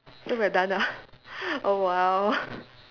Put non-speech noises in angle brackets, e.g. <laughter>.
so we're done ah <breath> oh !wow! <breath>